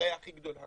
והראיה הכי גדולה